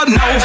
no